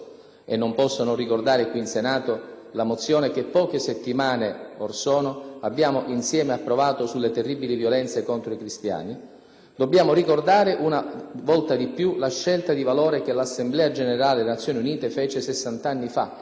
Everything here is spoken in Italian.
(e non posso non ricordare qui in Senato la mozione che poche settimane fa abbiamo insieme approvato sulle terribili violenze contro i Cristiani), dobbiamo ricordare una volta di più la scelta di valore che l'Assemblea generale delle Nazioni Unite fece 60 anni fa,